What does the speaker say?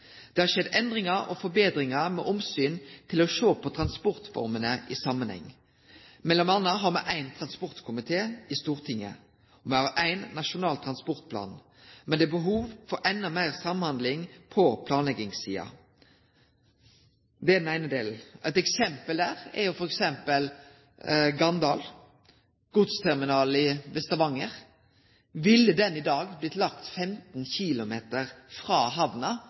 Det har skjedd endringar og forbetringar med omsyn til å sjå på transportformene i samanheng, m.a. har me ein transportkomité i Stortinget, og me har ein Nasjonal transportplan, men det er behov for enda meir samhandling på planleggingssida. Det er den eine delen. Eit eksempel der er f.eks. Ganddal godsterminal ved Stavanger. Ville han i dag blitt lagd 15 km frå hamna